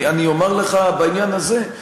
אני אומר לך בעניין הזה,